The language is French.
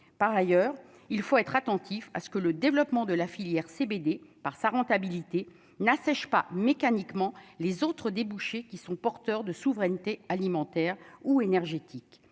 par ailleurs, il faut être attentif à ce que le développement de la filière CBD par sa rentabilité n'assèche pas mécaniquement les autres débouchés qui sont porteurs de souveraineté alimentaire ou énergétique